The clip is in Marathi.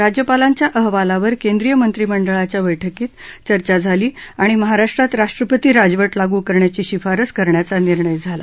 राज्यपालांच्या अहवालावर केंद्रीय मंत्रिमंडळाच्या बैठकीत चर्चा झाली आणि महाराष्ट्रात राष्ट्रपती राजवट लागू करण्याची शिफारस करण्याचा निर्णय झाला